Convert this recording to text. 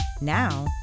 Now